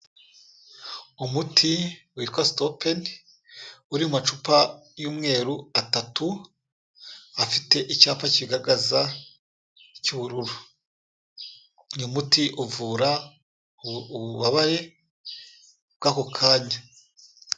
Umuti witwa sitopayine uri macupa y'umweru atatu, afite icyapa kiyagragaza cy'ubururu. Ni umuti uvura ububabare bw'ako kanya.